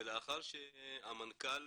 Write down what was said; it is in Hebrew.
ולאחר שהמנכ"ל